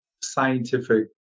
scientific